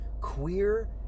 queer